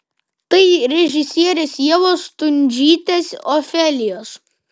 tai režisierės ievos stundžytės ofelijos